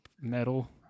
metal